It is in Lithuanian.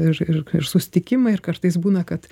ir ir ir susitikimai ir kartais būna kad